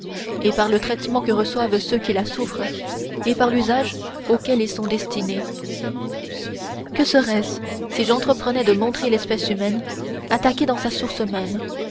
et par le traitement que reçoivent ceux qui la souffrent et par l'usage auquel ils sont destinés que serait-ce si j'entreprenais de montrer l'espèce humaine attaquée dans sa source même